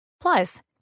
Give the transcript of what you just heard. Plus